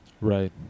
Right